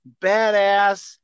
badass